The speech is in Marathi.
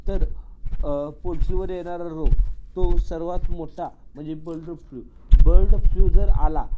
तर पोल्ट्रीवर येणारा रोग तो सर्वात मोठा म्हणजे बल्ड फ्ल्यू बल्ड फ्ल्यू जर आला